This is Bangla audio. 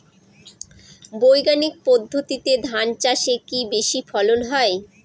বৈজ্ঞানিক পদ্ধতিতে ধান চাষে কি বেশী ফলন হয়?